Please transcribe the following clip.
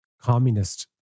communist